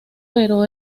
pero